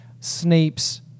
Snape's